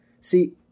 See